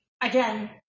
Again